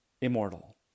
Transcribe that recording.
immortal